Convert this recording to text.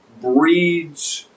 breeds